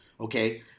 Okay